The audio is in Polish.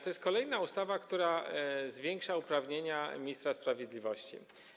To jest kolejna ustawa, która zwiększa uprawnienia ministra sprawiedliwości.